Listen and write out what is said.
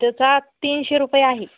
त्याचा तीनशे रुपये आहे